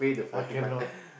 I cannot